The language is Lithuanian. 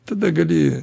tada gali